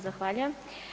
Zahvaljujem.